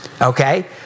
okay